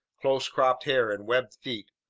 close-cropped hair, and webbed feet.